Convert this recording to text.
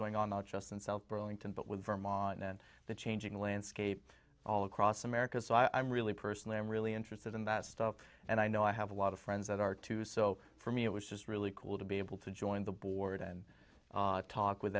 going on not just insult burlington but with vermont and the changing landscape all across america so i really personally i'm really interested in that stuff and i know i have a lot of friends that are too so for me it was just really cool to be able to join the board and talk with